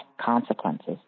consequences